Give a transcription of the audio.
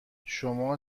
شما